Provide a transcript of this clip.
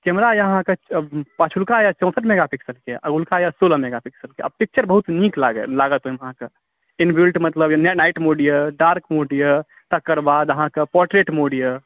camera यए अहाँकेँ पछुलका अइ चौँसठि मेगा पिक्सलके अगुलका यए सोलह मेगा पिक्स़लके आ पिक्चर बहुत नीक लागत ओहिमे अहाँकेँ इनबिल्ट मतलब लाइट मोड यए डार्क मोड यए तकर बाद अहाँकेँ पोर्ट्रेट मोड यए